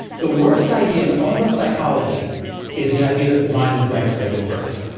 the worst idea in all of psychology is the idea that the mind is a blank slate at birth.